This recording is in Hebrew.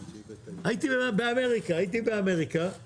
הייתי באמריקה,